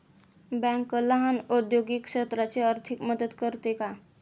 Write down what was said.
Bank लहान औद्योगिक क्षेत्राची आर्थिक मदत करते का?